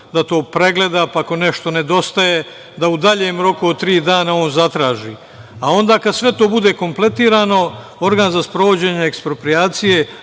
da to pregleda, pa ako nešto nedostaje da u daljem roku od tri dana on zatraži. Onda kada sve to bude kompletirano, organ za sprovođenje eksproprijacije,